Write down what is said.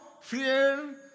fear